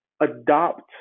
adopt